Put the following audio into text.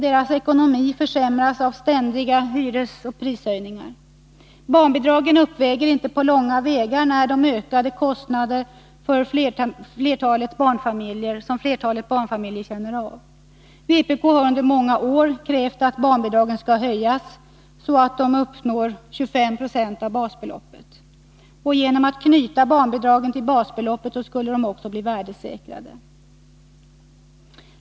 Deras ekonomi försämras av ständiga hyresoch prishöjningar. Barnbidragen uppväger inte på långa vägar de ökade kostnaderna för flertalet barnfamiljer, vilket de flesta barnfamiljer känner till. Vpk har under många år krävt att barnbidragen skall höjas så att de uppnår 25 26 av basbeloppet. Genom att knyta barnbidragen till basbeloppet skulle de också bli värdesäkrade.